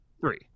Three